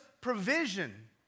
provision